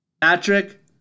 Patrick